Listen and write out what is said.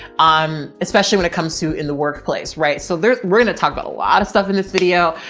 um, especially when it comes to in the workplace. right? so there's, we're going to talk about a lot of stuff in this video,